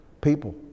people